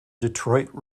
detroit